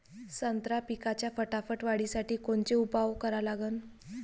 संत्रा पिकाच्या फटाफट वाढीसाठी कोनचे उपाव करा लागन?